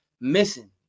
missing